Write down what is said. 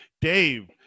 Dave